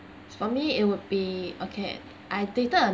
if for me it would be okay I dated a